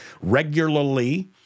regularly